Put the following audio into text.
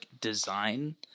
design